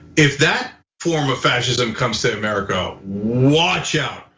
if that form of fascism comes to america, watch out,